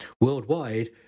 worldwide